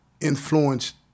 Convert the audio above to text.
influenced